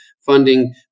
funding